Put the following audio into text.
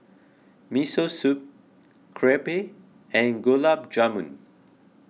Miso Soup Crepe and Gulab Jamun